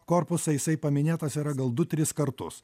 korpusą jisai paminėtas yra gal du tris kartus